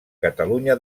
catalunya